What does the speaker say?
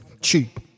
Cheap